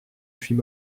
suis